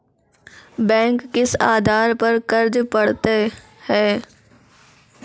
Bank किस आधार पर कर्ज पड़तैत हैं?